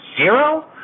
zero